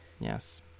Yes